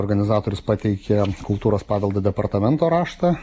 organizatorius pateikė kultūros paveldo departamento raštą